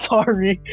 Sorry